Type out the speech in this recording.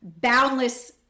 boundless